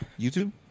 YouTube